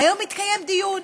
היום התקיים דיון,